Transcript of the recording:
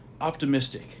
optimistic